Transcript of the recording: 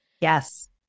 Yes